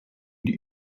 die